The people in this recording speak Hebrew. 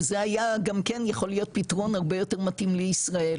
שזה היה גם כן יכול להיות פתרון הרבה יותר מתאים לישראל,